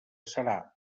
serà